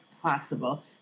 Possible